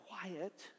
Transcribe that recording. quiet